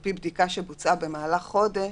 על פי בדיקה שבוצעה במהלך חודש,